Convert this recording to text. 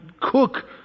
cook